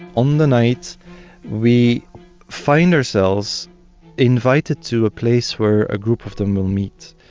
on the night we find ourselves invited to a place where a group of them will meet.